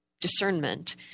discernment